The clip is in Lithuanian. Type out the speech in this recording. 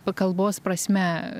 pakalbos prasme